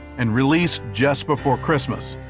and released just before christmas.